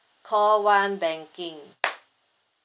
call one banking